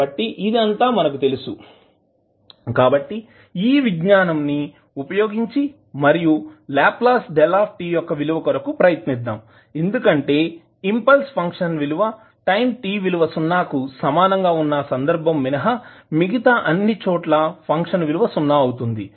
కాబట్టి ఇది అంత మనకు తెలుసు కాబట్టి ఈ విజ్ఞానం ని ఉపయోగించి మరియు లాప్లాస్ t యొక్క విలువ కొరకు ప్రయత్నిద్దాం ఎందుకంటే ఇంపల్స్ ఫంక్షన్ విలువ టైం t విలువ సున్నా కు సమానంగా వున్నా సందర్భం మినహా మిగతా అన్ని చోట్ల ఫంక్షన్ విలువ సున్నా అవుతుంది